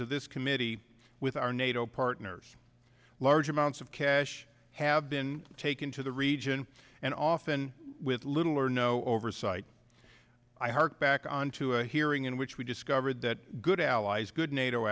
of this committee with our nato partners large amounts of cash have been taken to the region and often with little or no oversight i hark back onto a hearing in which we discovered that good allies good nato